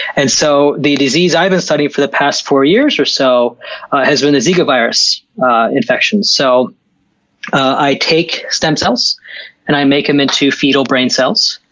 and so the disease i've been studying for the past four years or so has been the zika virus infection. so i take stem cells and i make them into fetal brain cells,